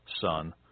son